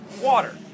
water